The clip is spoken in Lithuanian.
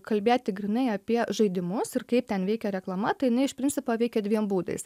kalbėti grynai apie žaidimus ir kaip ten veikia reklama tai jinai iš principo veikia dviem būdais